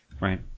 Right